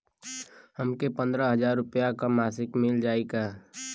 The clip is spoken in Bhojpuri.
हमके पन्द्रह हजार रूपया क मासिक मिल जाई का?